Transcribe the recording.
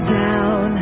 down